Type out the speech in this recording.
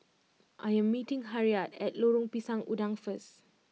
I am meeting Harriette at Lorong Pisang Udang first